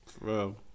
Bro